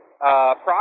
process